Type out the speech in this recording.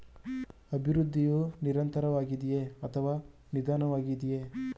ಅಭಿವೃದ್ಧಿಯು ನಿರಂತರವಾಗಿದೆಯೇ ಅಥವಾ ನಿಧಾನವಾಗಿದೆಯೇ?